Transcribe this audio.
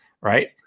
Right